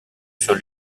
sur